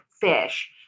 fish